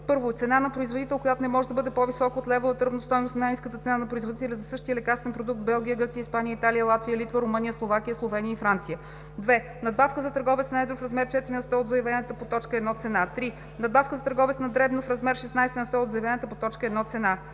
1. цена на производител, която не може да бъде по-висока от левовата равностойност на най-ниската цена на производител за същия лекарствен продукт в Белгия, Гърция, Испания, Италия, Латвия, Литва, Румъния, Словакия, Словения и Франция; 2. надбавка за търговец на едро в размер 4 на сто от заявената по т. 1 цена; 3. надбавка за търговец на дребно в размер 16 на сто от заявената по т. 1 цена.